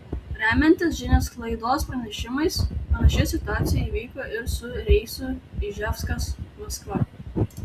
remiantis žiniasklaidos pranešimais panaši situacija įvyko ir su reisu iževskas maskva